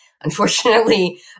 unfortunately